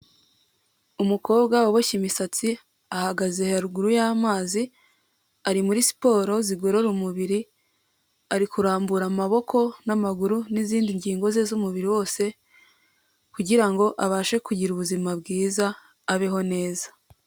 Umukobwa uboshye imisatsi ahagaze haruguru y'amazi ari muri siporo zigorora umubiri, ari kurambura amaboko n'amaguru n'izindi ngingo ze z'umubiri wose kugira ngo abashe kugira ubuzima bwiza abeho neza.